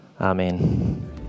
Amen